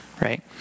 right